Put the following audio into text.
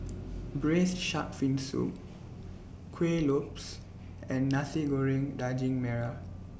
Braised Shark Fin Soup Kuih Lopes and Nasi Goreng Daging Merah